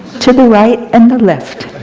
to the right and the left.